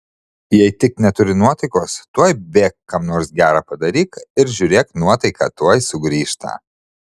jei tik neturi nuotaikos tuoj bėk kam nors gera padaryk ir žiūrėk nuotaika tuoj sugrįžta